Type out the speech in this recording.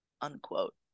unquote